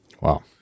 Wow